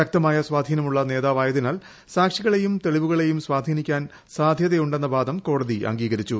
ശക്തമായ സ്ഥാധീനമുള്ള നേതാവായതിനാൽ സാക്ഷികളെയും തെളിവുകളെയും സ്വാധീനിക്കാൻ സാധ്യതയുണ്ടെന്ന വാദം കോടതി അംഗീകരിച്ചു